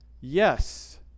Yes